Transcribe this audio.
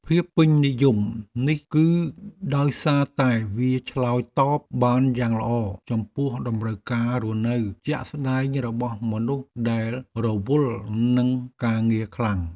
ភាពពេញនិយមនេះគឺដោយសារតែវាឆ្លើយតបបានយ៉ាងល្អចំពោះតម្រូវការរស់នៅជាក់ស្ដែងរបស់មនុស្សដែលរវល់នឹងការងារខ្លាំង។